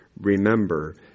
remember